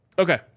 Okay